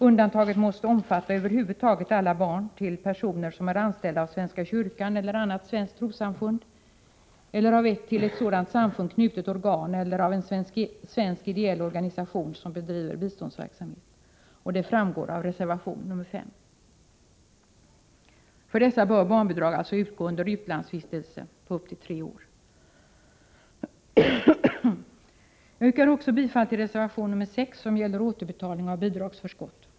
Undantaget måste omfatta över huvud taget alla barn till personer som är anställda av svenska kyrkan eller annat svenskt trossamfund eller av ett till ett sådant samfund knutet organ eller av en svensk ideell organisation som bedriver biståndsverksamhet. Detta framgår av reservation 5. För dessa bör barnbidrag utgå under utlandsvistelse på upp till tre år. Jag yrkar även bifall till reservation 6, som gäller återbetalning av bidragsförskott.